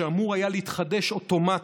שאמור היה להתחדש אוטומטית,